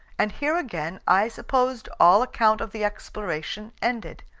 and here again i supposed all account of the exploration ended.